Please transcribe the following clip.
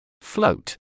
Float